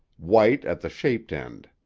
white at the shaped end.